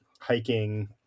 hiking